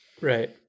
Right